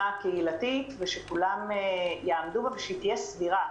קהילתית ושכולם יעמדו בה ושהיא תהיה סבירה.